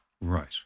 Right